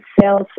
sales